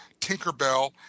Tinkerbell